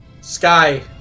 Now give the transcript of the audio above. sky